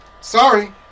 Sorry